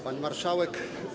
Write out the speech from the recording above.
Pani Marszałek!